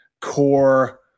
core